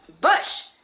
bush